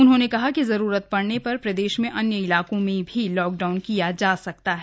उन्होंने कहा कि जरूरत पड़ने पर प्रदेश में अन्य इलाक़ों में भी लॉकडाउन लगाया जा सकता है